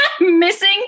missing